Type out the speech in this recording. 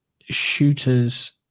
shooters